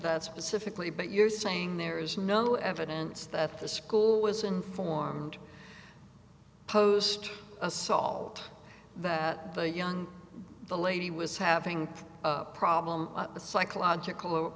that specifically but you're saying there is no evidence that the school was informed post assault that the young lady was having a problem the psychological